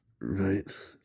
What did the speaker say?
Right